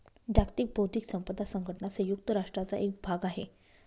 जागतिक बौद्धिक संपदा संघटना संयुक्त राष्ट्रांचा एक भाग आहे